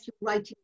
writing